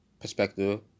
perspective